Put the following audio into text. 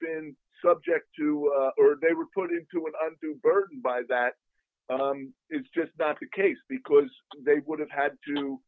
been subject to or they were put into an undue burden by that is just not the case because they would have had to